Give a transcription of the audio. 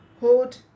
hold